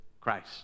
Christ